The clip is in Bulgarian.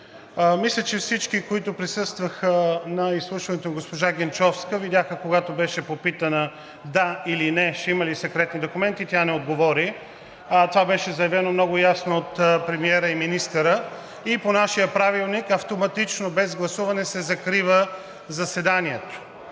Мисля, че всички, които присъстваха на изслушването на госпожа Генчовска, видяхме, когато беше попитана да или не – ще има ли секретни документи, тя не отговори, а това беше заявено много ясно от премиера и министъра и по нашия Правилник – автоматично без гласуване, се закрива заседанието.